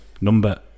Number